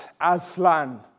Aslan